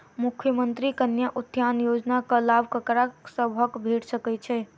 मुख्यमंत्री कन्या उत्थान योजना कऽ लाभ ककरा सभक भेट सकय छई?